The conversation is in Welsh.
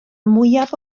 mwyaf